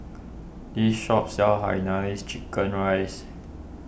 this shop sells Hainanese Chicken Rice